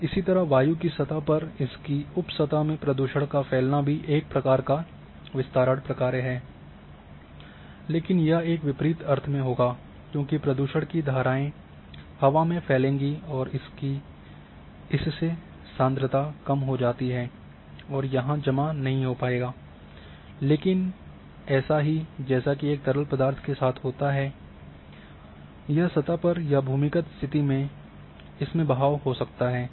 और इसी तरह वायु की सतह और इसकी उप सतह में प्रदूषण का फैलना भी एक प्रकार का विस्तारण प्रक्रिया हैं लेकिन यह एक विपरीत अर्थ में होगा क्योंकि प्रदूषण की धाराएं हवा में फैलेंगी और इससे सान्द्रता कम हो जाती है और यह जमा नहीं हो पाएगा लेकिन यह ऐसा ही जैसा कि एक तरल पदार्थ के साथ होता है यह सतह पर या भूमिगत स्थिति में में इसमें बहाव हो सकता है